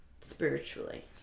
spiritually